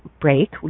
break